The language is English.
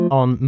on